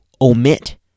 omit